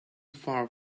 far